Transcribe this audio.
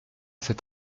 cet